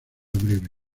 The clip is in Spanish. breve